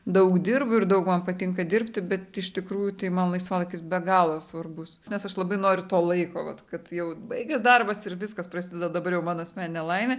daug dirbu ir daug man patinka dirbti bet iš tikrųjų tai man laisvalaikis be galo svarbus nes aš labai noriu to laiko vat kad jau baigės darbas ir viskas prasideda dabar jau mano asmeninė laimė